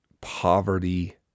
poverty